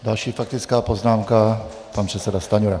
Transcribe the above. Další faktická poznámka, pan předseda Stanjura.